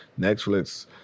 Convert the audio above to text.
Netflix